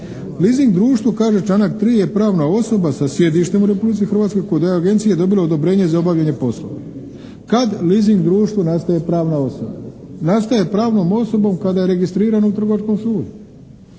Leasing društvo kaže članak 3. je pravna osoba sa sjedištem u Republici Hrvatskoj koja je od Agencije dobila odobrenje za obavljanje poslova. Kad leasing društvo nastaje pravna osoba? Nastaje pravnom osobom kada je registriran u trgovačkom sudu.